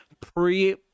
pre-